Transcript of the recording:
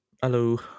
Hello